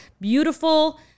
beautiful